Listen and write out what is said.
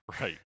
Right